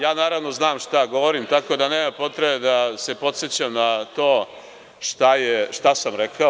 Ja znam šta govorim, tako da nema potrebe da se podsećam na to šta sam rekao.